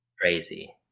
Crazy